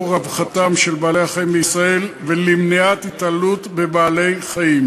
רווחתם של בעלי-החיים בישראל ולמניעת התעללות בבעלי-חיים.